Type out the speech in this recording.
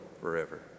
forever